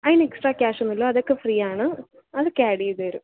അതിന് extra cash ഒന്നുമില്ല അതൊക്കെ ഫ്രീ ആണ് അതൊക്കെ ആഡ് ചെയ്ത് തരും